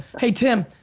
hey tim,